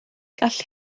gall